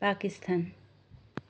Pakistan